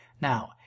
Now